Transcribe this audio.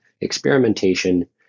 experimentation